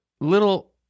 Little